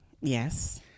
Yes